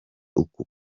uku